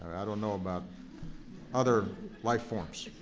i don't know about other life forms.